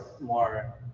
more